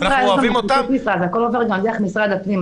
ואנחנו אוהבים אותם --- הכול עובד גם דרך משרד הפנים.